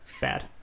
bad